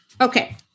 Okay